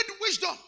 wisdom